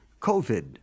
COVID